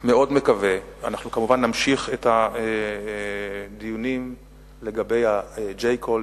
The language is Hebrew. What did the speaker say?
מאוד מקווה אנחנו כמובן נמשיך את הדיונים לגבי J Call,